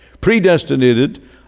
predestinated